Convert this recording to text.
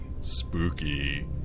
Spooky